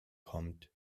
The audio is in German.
kommt